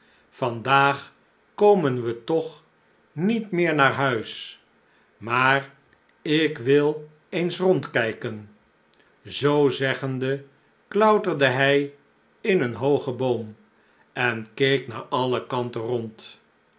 daag komen we toch niet meer naar huis maar ik wil eens rondkijken zoo zeggende klauterde hij in een hoogen boom en keek naar alle kanten rond